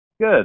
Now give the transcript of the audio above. Good